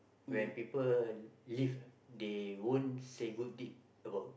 when people leave lah they won't say good deed about